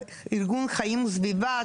ארגון חיים וסביבה,